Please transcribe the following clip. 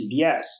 CBS